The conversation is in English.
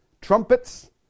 trumpets